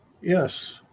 Yes